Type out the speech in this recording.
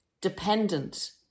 dependent